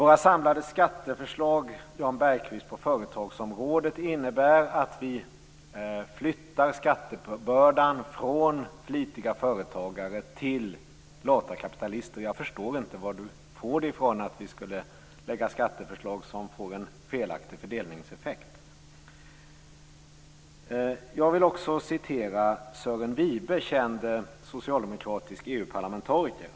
Våra samlade skatteförslag på företagsområdet innebär att vi flyttar skattebördan från flitiga företagare till lata kapitalister. Jag förstår inte varifrån Jan Bergqvist får uppfattningen att vi skulle lägga fram skatteförslag som får en felaktig fördelningseffekt. Jag vill också referera till Sören Wibe, känd socialdemokratisk EU-parlamentariker.